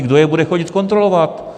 Kdo je bude chodit kontrolovat?